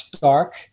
dark